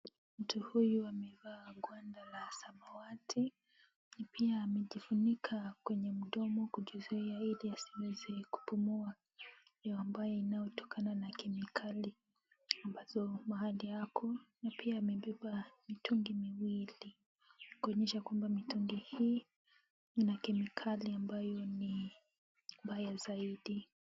Mtu huyu amevaa gwanda la samawati na pia amejifunika kwenye mdomo kujizuia ili asiweze kupumua hewa ambayo inayotokana na kemikali ambazo mahali ako. Na pia amebeba mitungi miwili kuonyesha kwamba, mitungi hii ina kemikali ambayo ni mbaya zaidi.